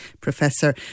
Professor